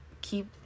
keep